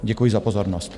Děkuji za pozornost.